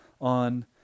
on